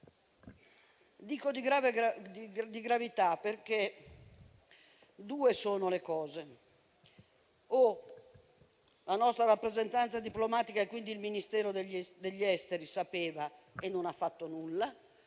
Parlo di gravità perché due sono le cose: o la nostra rappresentanza diplomatica, quindi il Ministero degli affari esteri, sapeva e non ha fatto nulla;